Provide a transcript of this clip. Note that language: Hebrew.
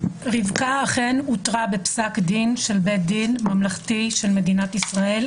רבקה אכן הותרה בפסק דין של בית דין ממלכתי של מדינת ישראל,